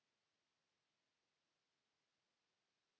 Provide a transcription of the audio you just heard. Kiitos,